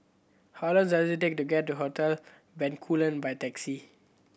how long does it take to get to Hotel Bencoolen by taxi